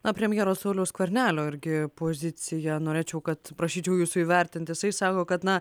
na premjero sauliaus skvernelio irgi poziciją norėčiau kad prašyčiau jūsų įvertinti jisai sako kad na